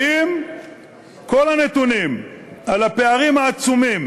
האם כל הנתונים על הפערים העצומים